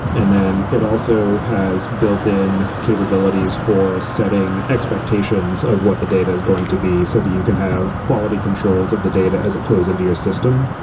and then it also has built-in capabilities for setting expectations of what the data is going to be so that you can have quality controls of the data as it flows into your system.